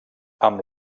amb